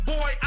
Boy